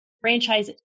Franchise